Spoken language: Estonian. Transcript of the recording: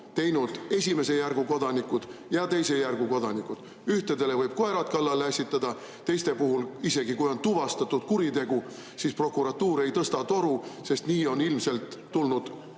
teinud esimese järgu kodanikud ja teise järgu kodanikud. Ühtedele võib koerad kallale ässitada, teiste puhul, isegi kui on tuvastatud kuritegu, prokuratuur ei tõsta toru, sest selline on ilmselt